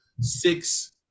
six